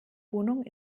wohnung